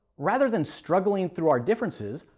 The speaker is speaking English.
rather than struggling through our differences,